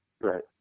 Right